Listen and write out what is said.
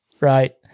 right